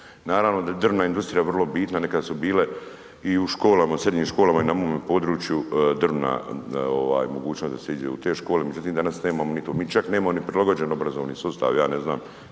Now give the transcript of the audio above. Naravno da je drvna industrija vrlo bitna, nekad su bile i u školama, u srednjim školama i na mome području drvna, ovaj mogućnost da se iđe u te škole, međutim danas nemamo ni to, mi čak nemamo ni prilagođen obrazovni sustav, ja ne znam